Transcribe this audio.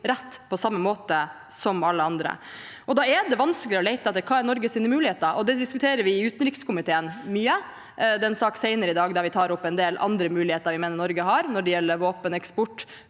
rett på samme måte som alle andre. Da er det vanskelig å lete etter hva som er Norges muligheter. Det diskuterer vi mye i utenrikskomiteen. I en sak senere i dag tar vi opp en del andre muligheter vi mener Norge har når det gjelder våpeneksport,